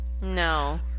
No